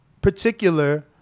particular